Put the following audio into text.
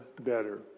better